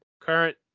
current